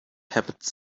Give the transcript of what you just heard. happens